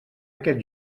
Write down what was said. aquest